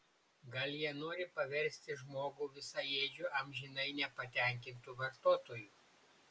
gal jie nori paversti žmogų visaėdžiu amžinai nepatenkintu vartotoju